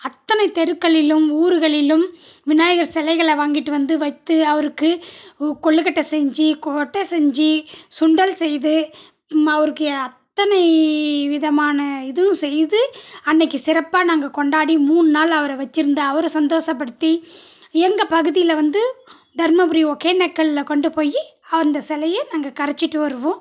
அத்தனை தெருக்களிலும் ஊர்களிலும் விநாயகர் சிலைகளை வாங்கிட்டு வந்து வைத்து அவருக்கு கொழுக்கட்டை செஞ்சு கோட்ட செஞ்சு சுண்டல் செய்து அவருக்கு அத்தனை விதமான இதுவும் செய்து அன்றைக்கு சிறப்பாக நாங்கள் கொண்டாடி மூணு நாள் அவர வச்சுருந்து அவரை சந்தோஷப்படுத்தி எங்கள் பகுதியில் வந்து தருமபுரி ஒக்கேனக்கலில் கொண்டு போய் அந்த சிலைய நாங்கள் கரைச்சிட்டு வருவோம்